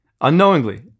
Unknowingly